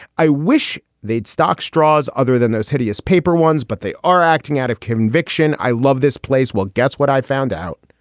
i wish they'd stock straws other than those hideous paper ones, but they are acting out of conviction. i love this place. well, guess what i found out.